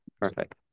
perfect